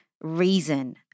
reason